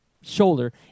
shoulder